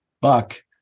buck